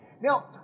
Now